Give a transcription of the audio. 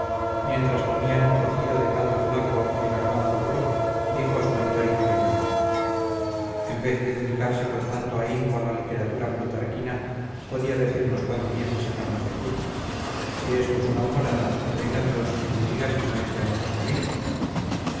mientras comían un cocido de caldo flaco y de garbanzo duro dijo a su mentor y capellán en vez de dedicarse con tanto ahínco a la literatura plutarquina podía decirnos cuándo piensa sacarnos de aquí si esto es una humorada que venga dios y me diga si no es ya insostenible